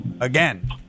Again